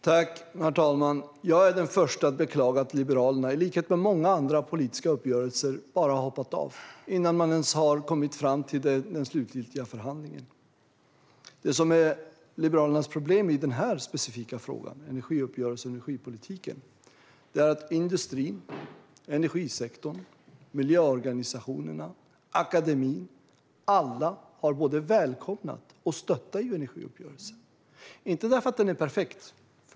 Herr talman! Jag är den förste att beklaga att Liberalerna i likhet med i många andra politiska uppgörelser bara har hoppat av innan man ens har kommit fram till den slutgiltiga förhandlingen. Det som är Liberalernas problem i den här specifika frågan - energiuppgörelsen och energipolitiken - är att industrin, energisektorn, miljöorganisationerna och akademin alla har både välkomnat och stöttat energiöverenskommelsen. Det gör de inte för att den är perfekt.